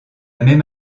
même